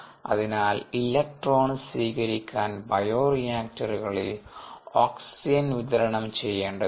അതിനാൽ ഇലക്ട്രോൺ സ്വീകരിക്കാൻ ബയോ റിയാക്ടറുകളിൽ ഓക്സിജൻ വിതരണം ചെയ്യേണ്ടതുണ്ട്